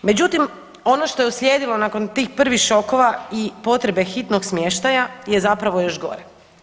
Međutim, ono što je uslijedilo nakon tih prvih šokova i potrebe hitnog smještaja je zapravo još gore.